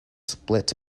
split